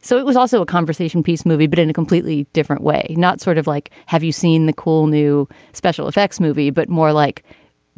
so it was also a conversation piece movie but in a completely different way not sort of like have you seen the cool new special effects movie but more like